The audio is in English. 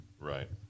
right